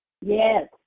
Yes